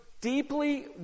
deeply